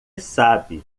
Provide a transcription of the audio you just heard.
sabe